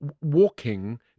walking